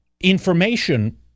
information